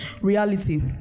reality